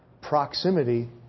Proximity